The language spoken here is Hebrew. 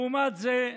לעומת זאת,